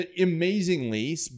amazingly